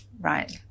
Right